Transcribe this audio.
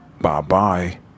Bye-bye